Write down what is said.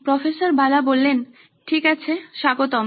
প্রফ্ বালা ঠিক আছে স্বাগতম